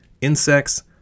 insects